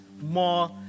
more